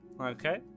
okay